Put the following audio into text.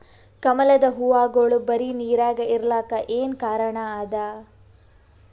ಕಮಲದ ಹೂವಾಗೋಳ ಬರೀ ನೀರಾಗ ಇರಲಾಕ ಏನ ಕಾರಣ ಅದಾ?